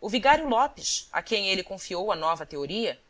o vigário lopes a quem ele confiou a nova teoria